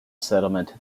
settlement